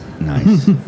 Nice